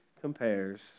compares